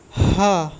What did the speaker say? હા